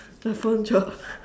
the phone dropped